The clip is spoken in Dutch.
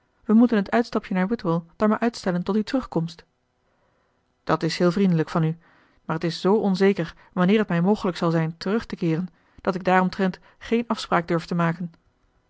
we moeten het uitstapje naar whitwell dan maar uitstellen tot uw terugkomst dat is heel vriendelijk van u maar het is z onzeker wanneer het mij mogelijk zal zijn terug te keeren dat ik daaromtrent geen afspraak durf maken